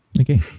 Okay